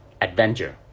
adventure